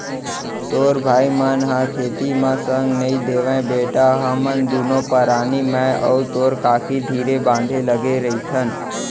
तोर भाई मन ह खेती म संग नइ देवयँ बेटा हमन दुनों परानी मैं अउ तोर काकी धीरे बांधे लगे रइथन